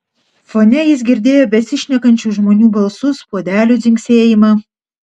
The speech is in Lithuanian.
fone jis girdėjo besišnekančių žmonių balsus puodelių dzingsėjimą